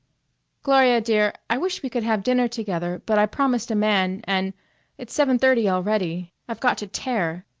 gloria, dear, i wish we could have dinner together, but i promised a man and it's seven-thirty already. i've got to tear.